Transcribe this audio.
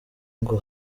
ngo